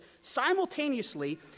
simultaneously